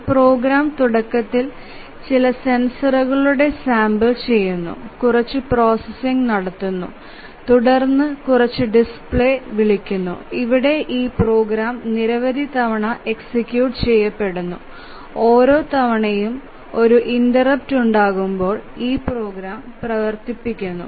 ഒരു പ്രോഗ്രാം തുടക്കത്തിൽ ചില സെൻസറുകളുടെ സാമ്പിൾ ചെയ്യുന്നു കുറച്ച് പ്രോസസ്സിംഗ് നടത്തുന്നു തുടർന്ന് കുറച്ച് ഡിസ്പ്ലേ വിളിക്കുന്നു ഇവിടെ ഈ പ്രോഗ്രാം നിരവധി തവണ എക്സിക്യൂട്ട് ചെയ്യപ്പെടുന്നു ഓരോ തവണയും ഒരു ഇന്റെര്പ്ട് ഉണ്ടാകുമ്പോൾ ഈ പ്രോഗ്രാം പ്രവർത്തിക്കുന്നു